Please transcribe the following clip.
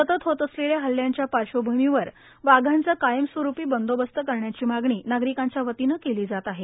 सतत होत असलेल्या हल्ल्यांच्या पार्श्वभूमीवर वाघांचा कायमस्वरूपी बंदोबस्त करण्याची मागणी नागरिकांच्या वतीने केली जात आहेत